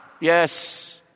Yes